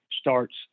starts